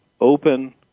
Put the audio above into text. open